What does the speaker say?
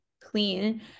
clean